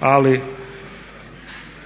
ali